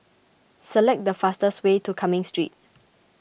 Select the fastest way to Cumming Street